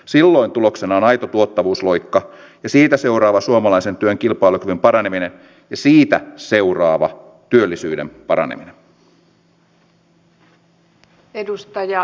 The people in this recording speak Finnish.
silloin tuloksena on aito tuottavuusloikka ja siitä seuraava suomalaisen työn kilpailukyvyn paraneminen ja siitä seuraava työllisyyden paraneminen